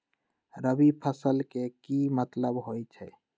रबी फसल के की मतलब होई छई?